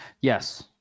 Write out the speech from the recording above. Yes